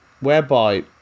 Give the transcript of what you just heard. whereby